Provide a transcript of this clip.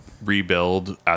rebuild